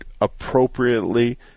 appropriately